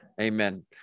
Amen